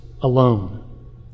alone